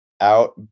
out